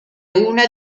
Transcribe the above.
una